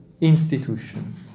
institution